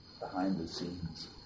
behind-the-scenes